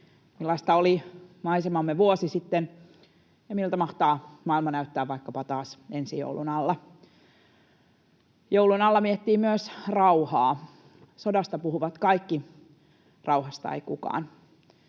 millaista oli maisemamme vuosi sitten ja miltä mahtaa maailma näyttää vaikkapa taas ensi joulun alla. Joulun alla miettii myös rauhaa. Sodasta puhuvat kaikki, rauhasta ei kukaan.